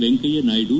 Venkaiah Naidu